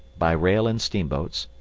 by rail and steamboats.